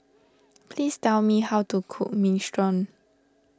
please tell me how to cook Minestrone